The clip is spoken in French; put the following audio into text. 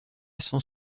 sans